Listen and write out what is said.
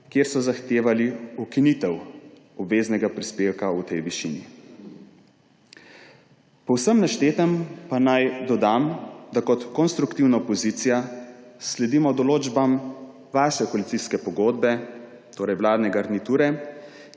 kjer so zahtevali ukinitev obveznega prispevka v tej višini. Po vsem naštetem pa naj dodam, da kot konstruktivna opozicija sledimo določbam vaše koalicijske pogodbe, torej vladne garniture,